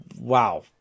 wow